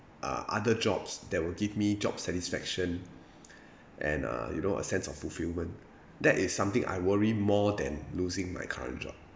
uh other jobs that will give me job satisfaction and uh you know a sense of fulfilment that is something I worry more than losing my current job